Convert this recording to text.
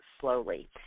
slowly